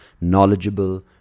knowledgeable